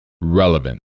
relevant